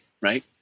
right